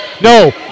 no